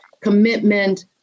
commitment